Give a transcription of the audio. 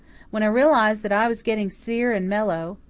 when i realized that i was getting sere and mellow,